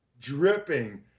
dripping